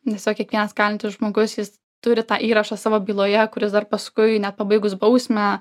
nes tiesiog kiekvienas galintis žmogus jis turi tą įrašą savo byloje kuris dar paskui net pabaigus bausmę